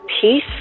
peace